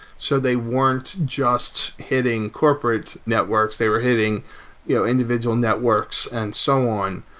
so they weren't just hitting corporate networks, they were hitting individual networks and so on.